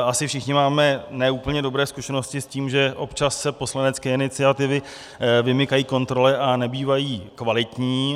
Asi všichni máme ne úplně dobré zkušenosti s tím, že občas se poslanecké iniciativy vymykají kontrole a nebývají kvalitní.